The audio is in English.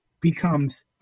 becomes